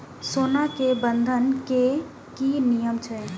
सोना के बंधन के कि नियम छै?